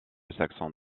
saxon